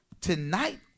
Tonight